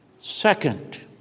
Second